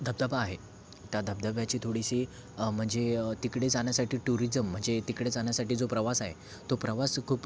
धबधबा आहे त्या धबधब्याची थोडीशी म्हणजे तिकडे जाण्यासाठी टुरिजम म्हणजे तिकडे जाण्यासाठी जो प्रवास आहे तो प्रवास खूप